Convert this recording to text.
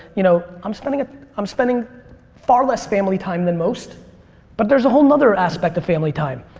you know i'm spending ah i'm spending far less family time than most but there's a whole nother aspect of family time.